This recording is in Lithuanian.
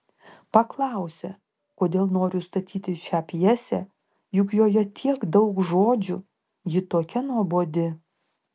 paklausė kodėl noriu statyti šią pjesę juk joje tiek daug žodžių ji tokia nuobodi